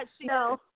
No